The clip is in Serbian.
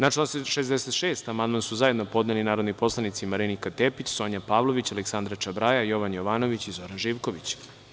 Na član 66. amandman su zajedno podneli narodni poslanici Marinika Tepić, Sonja Pavlović, Aleksandra Čabraja, Jovan Jovanović i Zoran Živković.